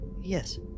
yes